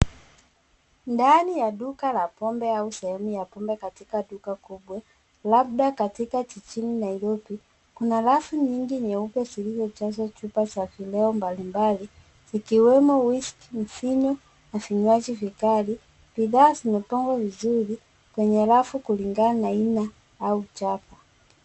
Ndani ya duka la pombe au sehemu ya pombe katika duka kubwa labda katika jijini Nairobi kuna rafu nyingi nyeupe zilizojazwa chupa za vileo mbalimbali zikiwemo whisky , mvinyo na vinywaji vikali. Bidhaa zimepangwa vizuri kwenye rafu kulingana na aina au chapa.